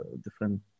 different